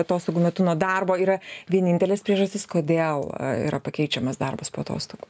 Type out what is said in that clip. atostogų metu nuo darbo yra vienintelės priežastys kodėl yra pakeičiamas darbas po atostogų